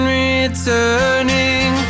returning